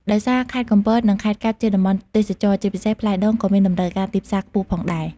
ដោយសារខេត្តកំពត និងខេត្តកែបជាតំបន់ទេសចរណ៍ ជាពិសេសផ្លែដូងក៏មានតម្រូវការទីផ្សារខ្ពស់ផងដែរ។